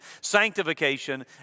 sanctification